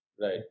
Right